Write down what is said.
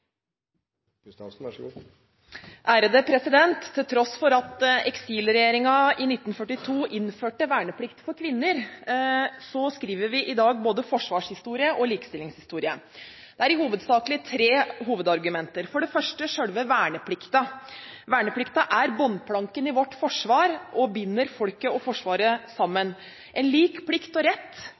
i 1942 innførte verneplikt for kvinner, skriver vi i dag både forsvarshistorie og likestillingshistorie. Det er i hovedsak tre hovedargumenter. Det første er selve verneplikten. Verneplikten er bunnplanken i vårt forsvar og binder folket og Forsvaret sammen. En lik plikt og rett